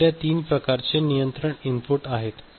तर या तीन प्रकारचे नियंत्रण इनपुट आहेत